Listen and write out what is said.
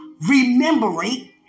remembering